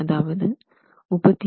715 அதாவது 2